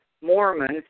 Mormons